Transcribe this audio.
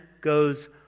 goes